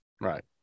Right